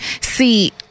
See